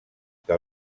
que